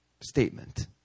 statement